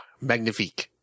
magnifique